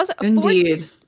Indeed